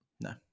No